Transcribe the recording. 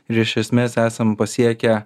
ir iš esmės esam pasiekę